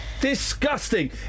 Disgusting